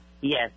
Yes